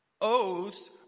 Oaths